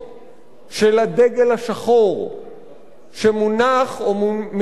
של הדגל השחור שמונח, או מתנוסס,